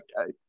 Okay